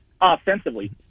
offensively